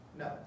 no